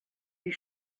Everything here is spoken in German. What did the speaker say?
wie